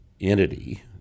entity